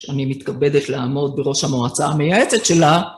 שאני מתכבדת לעמוד בראש המועצה המייעצת שלה.